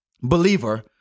believer